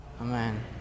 Amen